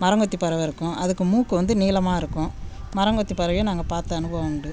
மரங்கொத்திப் பறவை இருக்கும் அதுக்கு மூக்கு வந்து நீளமாக இருக்கும் மரங்கொத்திப் பறவையை நாங்கள் பார்த்த அனுபவம் உண்டு